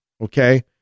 okay